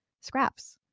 scraps